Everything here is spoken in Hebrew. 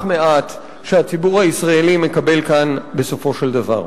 מעט שהציבור הישראלי מקבל כאן בסופו של דבר.